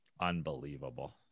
unbelievable